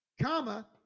comma